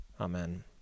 amen